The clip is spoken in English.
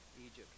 Egypt